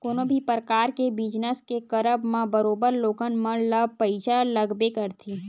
कोनो भी परकार के बिजनस के करब म बरोबर लोगन मन ल पइसा लगबे करथे